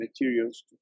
materials